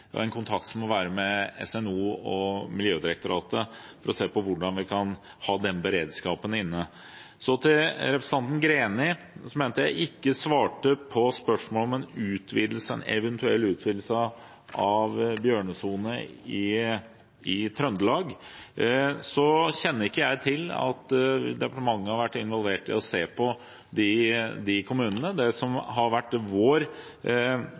kan få til den beredskapen. Så til representanten Greni, som mente jeg ikke svarte på spørsmålet om en eventuell utvidelse av bjørnesonen i Trøndelag. Jeg kjenner ikke til at departementet har vært involvert i å se på de kommunene. Det som har vært vår